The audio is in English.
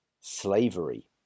slavery